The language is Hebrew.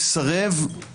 אז מסרב.